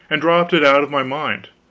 and dropped it out of my mind.